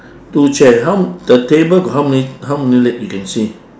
two chairs how the table got how many how many leg you can see